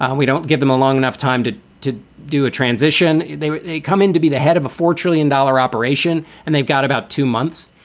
and we don't give them a long enough time to to do a transition. they they come in to be the head of a four trillion dollar operation. and they've got about two months.